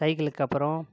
சைக்கிளுக்கு அப்பறம்